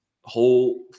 whole